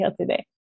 today